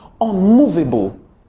unmovable